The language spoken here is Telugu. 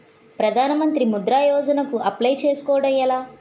ప్రధాన మంత్రి ముద్రా యోజన కు అప్లయ్ చేసుకోవటం ఎలా?